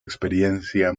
experiencia